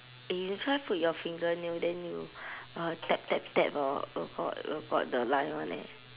eh you try you put your finger nail then you uh tap tap tap hor will got will got the line [one] eh